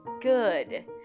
good